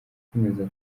akomeza